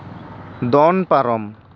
ᱫᱚᱱ ᱯᱟᱨᱚᱢ